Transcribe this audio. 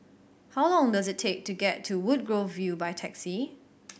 how long does it take to get to Woodgrove View by taxi